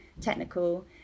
technical